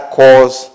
cause